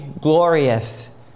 glorious